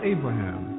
Abraham